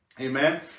amen